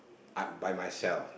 uh by myself